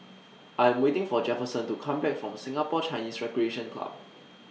I Am waiting For Jefferson to Come Back from Singapore Chinese Recreation Club